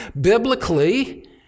biblically